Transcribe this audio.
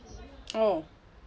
oh